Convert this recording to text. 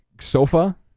sofa